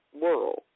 world